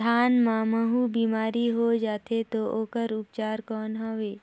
धान मां महू बीमारी होय जाथे तो ओकर उपचार कौन हवे?